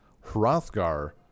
Hrothgar